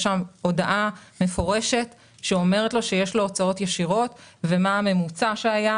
יש שם הודעה מפורשת שאומרת לו שיש לו הוצאות ישירות ומה הממוצע שהיה.